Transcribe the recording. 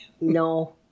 no